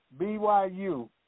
BYU